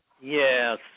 Yes